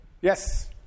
Yes